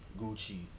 Gucci